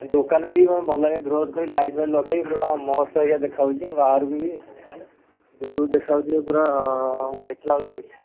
ଦୋକାନୀ ଭଲଲାଗେ କରିକି ଲାଇଟ୍ଫାଇଟ୍ ଲଗେଇ ପୁରା ମସ୍ତ ହେରିକା ଦେଖାଯାଉଛି ଆଉ ବାହାରକୁ ବି ଇଏ ଦୂରରୁ ଦେଖାଯାଉଛି ଯେଉଁ ପୁରା ଦେଖିଲା ଭଳିଆ ଲାଗୁଛି